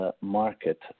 Market